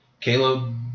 Caleb